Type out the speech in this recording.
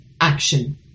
action